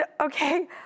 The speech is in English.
okay